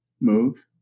move